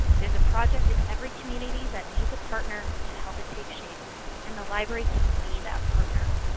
there is a project in every community that needs a partner to help it take shape and the library can be that partner.